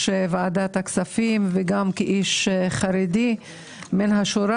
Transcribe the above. ועדת הכספים וגם כאיש חרדי מן השורה,